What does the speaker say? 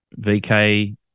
VK